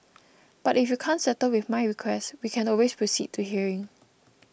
but if you can't settle with my request we can always proceed to hearing